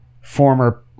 former